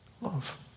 love